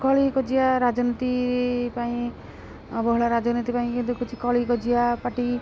କଳିକଜିଆ ରାଜନୀତି ପାଇଁ ବହୁଳ ରାଜନୀତି ପାଇଁ କିନ୍ତୁ କିଛି କଳିକଜିଆ ପାଟି